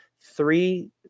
three